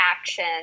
action